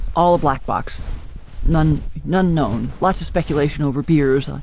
all black box none, none unknown, lots of speculation over beers,